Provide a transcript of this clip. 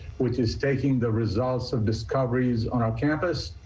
which is taking the results of discoveries on our campus,